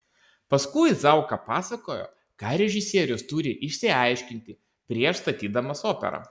paskui zauka pasakojo ką režisierius turi išsiaiškinti prieš statydamas operą